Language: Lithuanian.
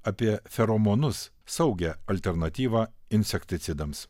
apie feromonus saugią alternatyvą insekticidams